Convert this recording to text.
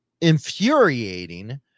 infuriating